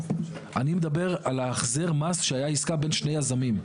אני מדבר על החזר המס כשהייתה עסקה בין שני יזמים.